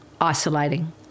isolating